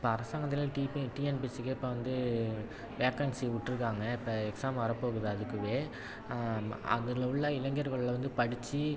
இப்போ அரசாங்கத்திலே டிபி டிஎன்பிசிக்கே இப்போ வந்து வேக்கன்ஸி விட்ருக்காங்க இப்போ எக்ஸாம் வர்றப் போகுது அதுக்குவே அதில் உள்ள இளைஞர்கள் வந்து படித்து